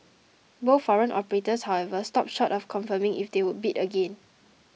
both foreign operators however stopped short of confirming if they would bid again